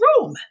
room